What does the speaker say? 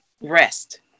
rest